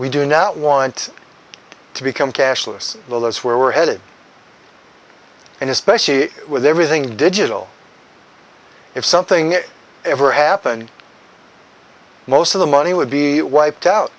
we do now want to become cashless well that's where we're headed and especially with everything digital if something ever happened most of the money would be wiped out